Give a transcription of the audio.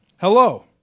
Hello